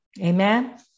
Amen